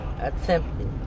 attempted